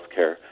healthcare